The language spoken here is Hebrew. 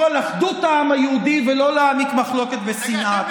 על אחדות העם היהודי ולא להעמיק מחלוקת ושנאה.